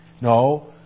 No